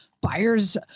buyer's –